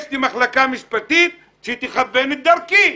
יש לי מחלקה משפטית שתכוון את דרכי.